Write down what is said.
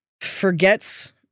forgets